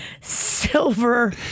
silver